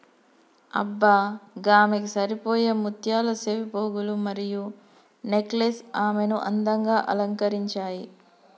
అబ్బ గామెకు సరిపోయే ముత్యాల సెవిపోగులు మరియు నెక్లెస్ ఆమెను అందంగా అలంకరించాయి